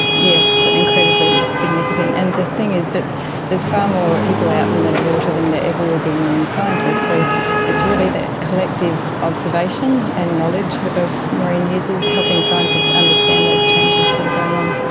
yes, incredibly significant, and the thing is that there is far more people out in the water than there ever will be marine scientists, so it's really the collective observation and knowledge of marine users helping scientists understand those changes that are going on.